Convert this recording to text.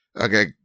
Okay